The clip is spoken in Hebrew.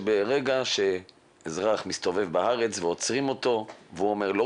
שברגע שאזרח מסתובב בארץ ועוצרים אותו והוא אומר 'לא